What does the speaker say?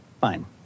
Fine